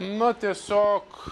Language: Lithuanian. na tiesiog